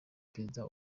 perezida